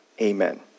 amen